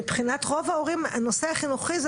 מבחינת רוב ההורים הנושא החינוכי זה